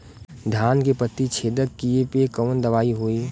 धान के पत्ती छेदक कियेपे कवन दवाई होई?